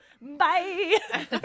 Bye